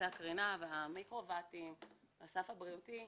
הקרינה והמיקרו-ואטים והסף הבריאותי.